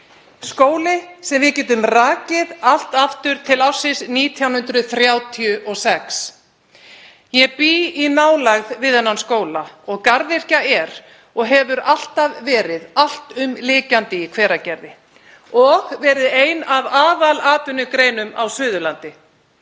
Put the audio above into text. Skóli sem við getum rakið allt aftur til ársins 1936. Ég bý í nálægð við þennan skóla og garðyrkja er og hefur alltaf verið alltumlykjandi í Hveragerði og verið ein af aðal atvinnugreinum á Suðurlandi.